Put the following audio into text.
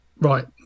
right